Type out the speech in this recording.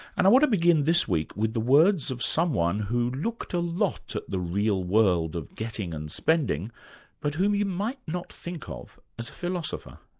and i want to begin this week with the words of someone who looked a lot at the real world of getting and spending but whom you might not think ah of as a philosopher.